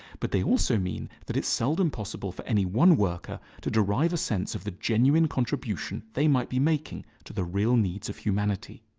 but they also mean that it is seldom possible for any one worker to derive a sense of the genuine contribution they might be making to the real needs of humanity.